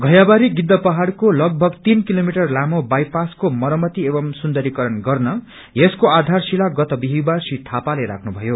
धैयाबारी गिद्धपहाड़को लगभग तीन किलो मीटर लामो बाईपासको मरमती एव सुन्दरीकरण गर्न यसको आधारशिला गत बिहीबार श्री थापाले राख्नु भयो